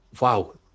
wow